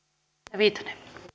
arvoisa